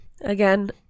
Again